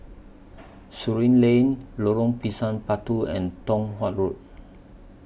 Surin Lane Lorong Pisang Batu and Tong Watt Road